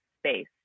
space